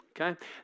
Okay